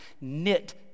knit